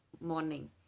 morning